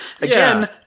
Again